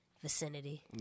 vicinity